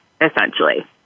essentially